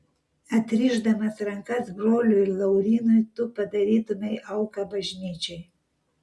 atrišdamas rankas broliui laurynui tu padarytumei auką bažnyčiai